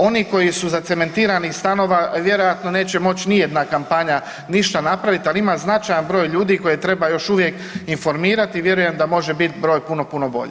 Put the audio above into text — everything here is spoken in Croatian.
Oni koji su zacementirani stavova vjerojatno neće moć nijedna kampanja ništa napravit, al ima značajan broj ljudi koje treba još uvijek informirati i vjerujem da može bit broj puno, puno bolji.